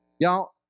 Y'all